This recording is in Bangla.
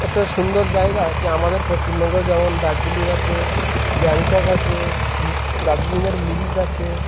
একটা সুন্দর জায়গা কে আমাদের পশ্চিমবঙ্গের যেমন দার্জিলিং আছে গ্যাংটক আছে দার্জিলিংয়ের মিরিক আছে